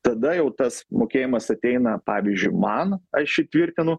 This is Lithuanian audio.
tada jau tas mokėjimas ateina pavyzdžiui man aš jį tvirtinu